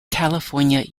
california